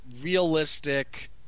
realistic